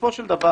בסופו של דבר,